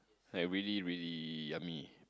I really really yummy